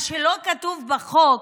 מה שלא כתוב בחוק,